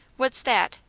what's that?